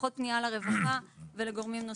פחות פניות לרווחה ולגורמים נוספים.